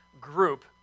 group